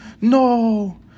no